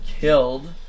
killed